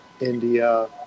India